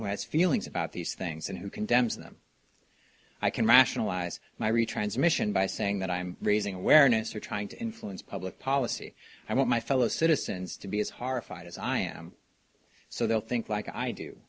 who has feelings about these things and who condemns them i can rationalize my retransmission by saying that i'm raising awareness or trying to influence public policy i want my fellow citizens to be as horrified as i am so they'll think like i do